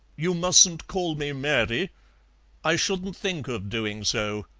you mustn't call me mary i shouldn't think of doing so,